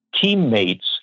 teammates